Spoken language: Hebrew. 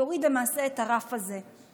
תוריד למעשה את הרף הזה.